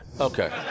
Okay